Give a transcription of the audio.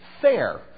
fair